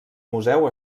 museu